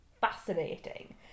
fascinating